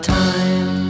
time